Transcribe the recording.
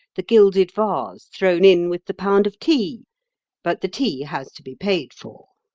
the gilded vase thrown in with the pound of tea but the tea has to be paid for.